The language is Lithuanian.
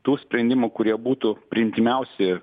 tų sprendimų kurie būtų priimtiniausi